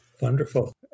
Wonderful